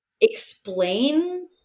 explain